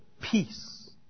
peace